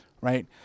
right